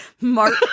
Mark